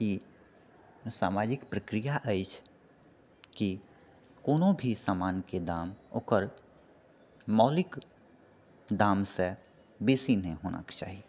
ई सामाजिक प्रक्रिया अछि कि कोनोभी सामानके दाम ओकर मौलिक दामसँ बेसी नहि होना चाही